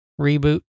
Reboot